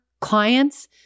clients